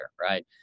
Right